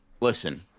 listen